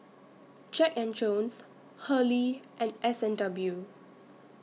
Jack and Jones Hurley and S and W